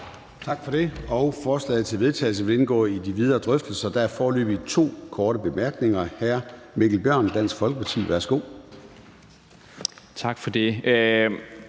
Tak for det. Forslaget til vedtagelse vil indgå i de videre drøftelser. Der er foreløbig to korte bemærkninger. Først er det fra hr. Mikkel Bjørn, Dansk Folkeparti. Værsgo. Kl.